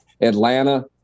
Atlanta